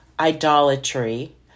idolatry